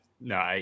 no